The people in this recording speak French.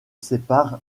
sépare